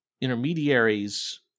intermediaries